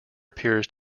appears